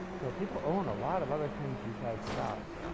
so, people own a lot of other things besides stocks.